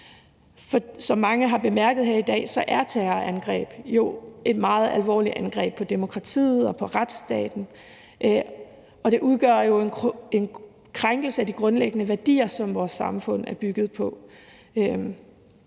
Som mange har bemærket her i dag, er terrorangreb jo et meget alvorligt angreb på demokratiet og på retsstaten, og det udgør jo en krænkelse af de grundlæggende værdier, som vores samfund er bygget på